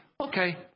Okay